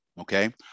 okay